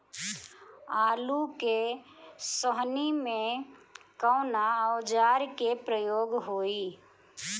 आलू के सोहनी में कवना औजार के प्रयोग होई?